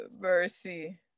Mercy